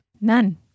None